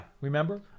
Remember